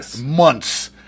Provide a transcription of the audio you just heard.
months